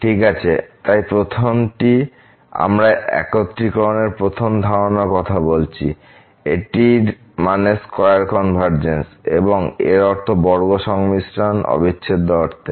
ঠিক আছে তাই প্রথমটি আমরা একত্রীকরণের প্রথম ধারণার কথা বলছি এটির মানে স্কয়ার কনভারজেন্স এবং এর অর্থ বর্গ সংমিশ্রণ অবিচ্ছেদ্য অর্থে